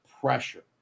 pressure